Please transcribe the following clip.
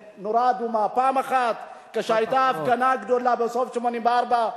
פעם אחת כשהיתה הפגנה גדולה בסוף 1984,